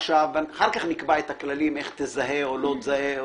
אחר כך נקבע את הכללים איך תזהה או לא תזהה,